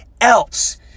else